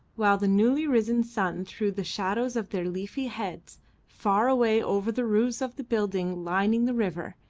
while the newly risen sun threw the shadows of their leafy heads far away over the roofs of the buildings lining the river,